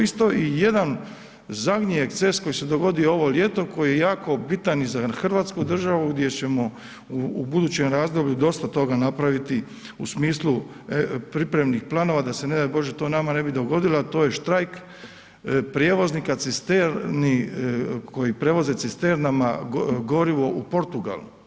I jedan zadnji eksces koji se dogodio ovo ljeto koji je jako bitan i za Hrvatsku državu gdje ćemo u budućem razdoblju dosta toga napraviti u smislu pripremnih planova da se ne daj Bože to nama ne bi dogodilo a to je štrajk prijevoznika cisterni, koji prevoze cisternama gorivo u Portugal.